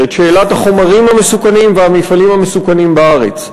את שאלת החומרים המסוכנים והמפעלים המסוכנים בארץ.